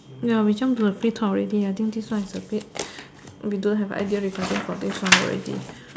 ya we jump to the free talk already I think this one is a bit we don't have idea regarding for this one already